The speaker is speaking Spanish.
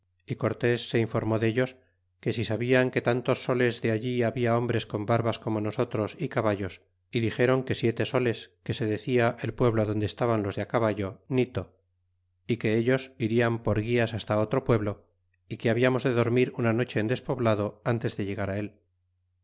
y cortés se informó dellos que si sabian que tantos soles de allí habia hombres con barbas como nosotros y caballos y dixeron que siete soles que se decía el pueblo donde estaban los de caballo nilo y que ellos irian por guias hasta otro pueblo y que hablamos de dormir una noche en despoblado ntes de llegar él